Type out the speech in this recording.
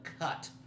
cut